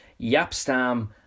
Yapstam